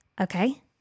Okay